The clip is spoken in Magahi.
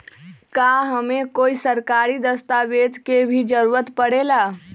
का हमे कोई सरकारी दस्तावेज के भी जरूरत परे ला?